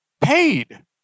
paid